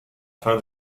fin